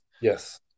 Yes